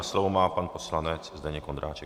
Slovo má pan poslanec Zdeněk Ondráček.